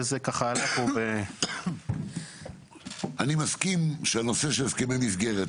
אני מסכים שהנושא של הסכמי מסגרת,